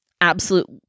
absolute